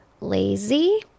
lazy